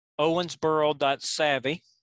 owensboro.savvy